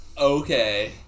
Okay